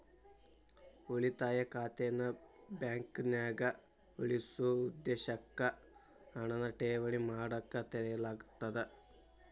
ಉಳಿತಾಯ ಖಾತೆನ ಬಾಂಕ್ನ್ಯಾಗ ಉಳಿಸೊ ಉದ್ದೇಶಕ್ಕ ಹಣನ ಠೇವಣಿ ಮಾಡಕ ತೆರೆಯಲಾಗ್ತದ